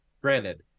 granted